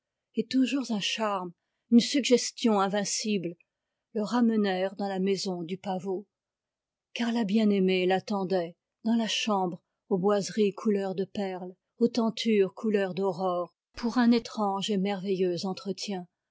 et toujours un charme une suggestion invincible le ramenèrent dans la maison du pavot car la bien-aimée l'attendait dans la chambre aux boiseries couleur de perle aux tentures couleur d'aurore pour un étrange et merveilleux entretien